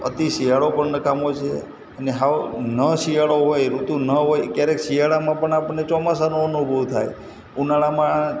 અતિ શિયાળો પણ નકામો છે અને સાવ ન શિયાળો હોય ઋતુ ન હોય ક્યારેક શિયાળામાં પણ આપણને ચોમાસાનો અનુભવ થાય ઉનાળામાં